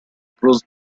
cruz